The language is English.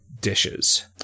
dishes